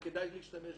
וכדאי להשתמש בזה.